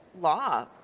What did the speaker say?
law